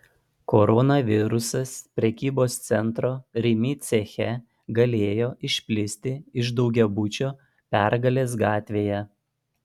koronavirusas prekybos centro rimi ceche galėjo išplisti iš daugiabučio pergalės gatvėje